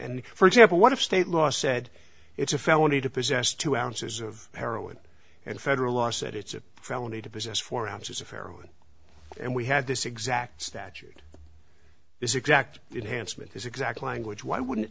and for example what if state law said it's a felony to possess two ounces of heroin and federal law said it's a felony to possess four ounces of heroin and we had this exact statute this exact enhanced with this exact language wouldn't